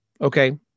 Okay